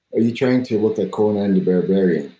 you trying to look like conan the barbarian?